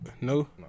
no